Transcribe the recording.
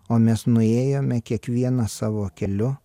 o mes nuėjome kiekvienas savo keliu